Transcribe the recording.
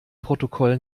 protokoll